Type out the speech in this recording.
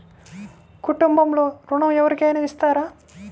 కుటుంబంలో ఋణం ఎవరికైనా ఇస్తారా?